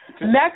Next